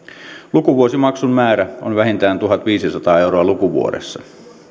lukuvuosimaksun määrä on vähintään tuhatviisisataa euroa lukuvuodessa